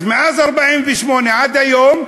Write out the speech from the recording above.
אז מאז 1948 ועד היום,